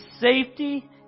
safety